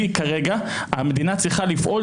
עצם זה שאזרח הרשה לעצמו ליטול חלק באירוע טרור,